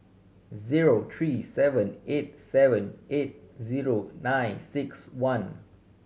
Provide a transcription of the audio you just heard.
zero three seven eight seven eight zero nine six one